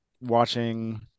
watching